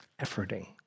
efforting